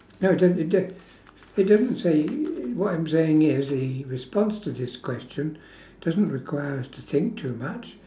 not it don't it don't it doesn't say what I'm saying is a response to this question doesn't require us to think too much